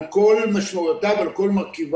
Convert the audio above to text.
על כל משמעויותיו, על כל מרכיביו.